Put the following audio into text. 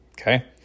Okay